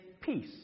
Peace